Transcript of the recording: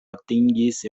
atingis